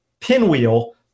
pinwheel